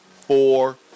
four